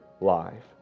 life